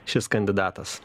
šis kandidatas